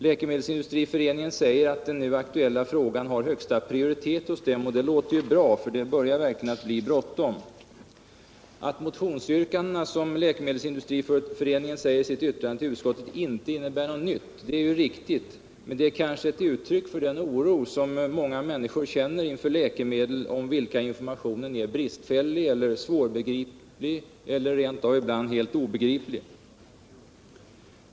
Läkemedelsindustriföreningen säger att den aktuella frågan har högsta prioritet hos föreningen, och det låter ju bra, för det börjar verkligen att bli bråttom. Att motionsyrkandena, som Läkemedelsindustriföreningen säger i sitt yttrande till utskottet, inte innebär något nytt är riktigt. Men de är kanske ett uttryck för den oro som många människor känner inför läkemedel, om vilka informationen är bristfällig, svårgripbar eller rent av ibland helt obegriplig.